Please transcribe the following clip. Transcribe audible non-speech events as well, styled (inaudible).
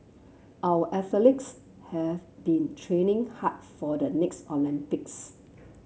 our (unintelligible) have been training hard for the next Olympics